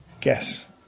guess